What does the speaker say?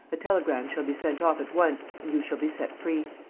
a telegram shall be sent off at once and you shall be set free.